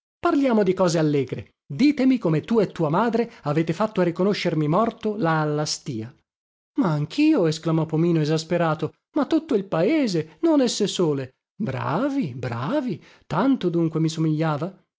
parliamo di cose allegre ditemi come tu e tua madre avete fatto a riconoscermi morto là alla stìa ma anchio esclamò pomino esasperato ma tutto il paese non esse sole bravi bravi tanto dunque mi somigliava